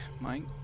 Mike